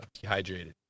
dehydrated